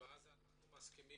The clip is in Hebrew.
אנחנו מסכמים